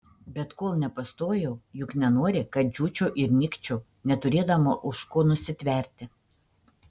bet kol nepastojau juk nenori kad džiūčiau ir nykčiau neturėdama už ko nusitverti